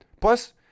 Plus